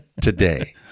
Today